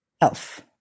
Elf